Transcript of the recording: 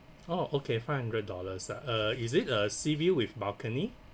oh okay five hundred dollars ah uh is it a sea view with balcony